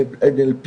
NLP,